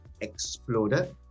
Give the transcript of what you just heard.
exploded